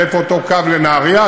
ואיפה אותו קו לנהריה,